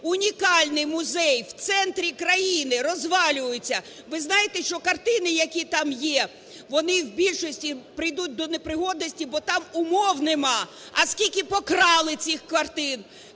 Унікальний музей в центрі країни розвалюється. Ви знаєте, що картини, які там є, вони в більшості прийдуть до непригодності, бо там умов нема. А скільки покрали цих картин,